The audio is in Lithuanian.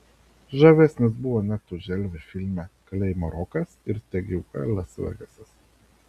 žavesnis buvo net už elvį filme kalėjimo rokas ir tegyvuoja las vegasas